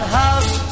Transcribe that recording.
house